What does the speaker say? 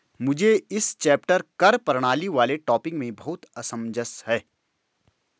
मुझे इस चैप्टर कर प्रणाली वाले टॉपिक में बहुत असमंजस है